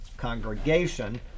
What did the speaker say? congregation